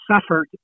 suffered